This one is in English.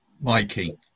Mikey